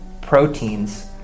proteins